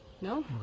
No